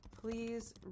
please